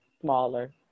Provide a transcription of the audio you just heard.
smaller